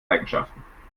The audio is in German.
eigenschaften